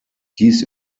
dies